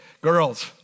girls